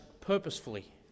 purposefully